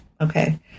Okay